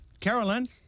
Carolyn